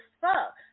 fuck